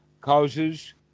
causes